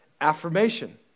affirmation